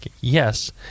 yes